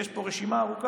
כי יש פה רשימה ארוכה,